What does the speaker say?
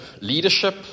leadership